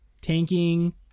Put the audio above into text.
tanking